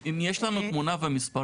אם יש לנו תמונה ומספרים,